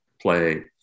play